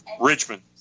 Richmond